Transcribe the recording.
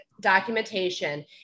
documentation